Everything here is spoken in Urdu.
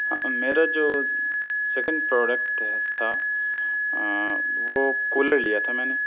میرا جو سیکینڈ پروڈکٹ ہے تھا وہ کولر لیا تھا میں نے